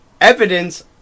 evidence